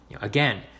again